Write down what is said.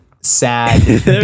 sad